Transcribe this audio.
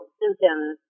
symptoms